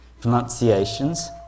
pronunciations